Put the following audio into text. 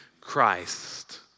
Christ